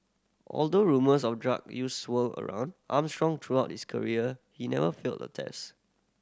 although rumours of drug use swirled around Armstrong throughout his career he never failed a test